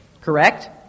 correct